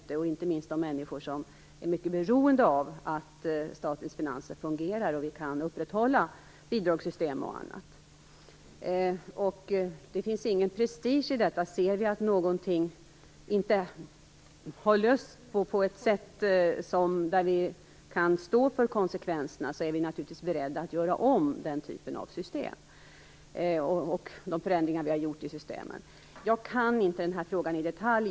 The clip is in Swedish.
Det gäller inte minst de människor som är mycket beroende av att statens finanser fungerar och av att vi kan upprätthålla bidragssystem och annat. Det finns ingen prestige i detta. Ser vi att någonting inte har lösts sig på ett sådant sätt att vi kan stå för konsekvenserna, är vi naturligtvis beredda att göra om systemen eller de förändringar vi har gjort i systemen. Jag kan inte den här frågan i detalj.